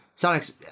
sonic's